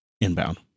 inbound